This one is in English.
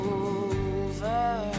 over